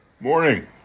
Morning